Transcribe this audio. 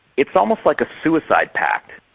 it's almost like a suicide pact.